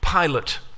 Pilate